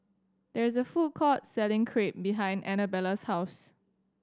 there is a food court selling Crepe behind Annabella's house